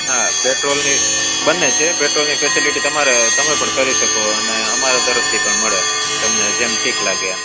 હા પેટ્રોલની બંને છે પેટ્રોલની ફેસેલીટી તમારે તમે પણ કરી શકો અને અમારે તરફથી પણ મળે તમને જેમ ઠીક લાગે એમ